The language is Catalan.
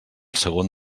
segon